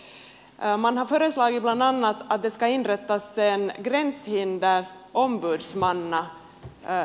man har föreslagit bland annat att det ska inrättas en gränshinderombudsmannainstitution